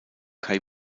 kai